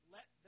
Let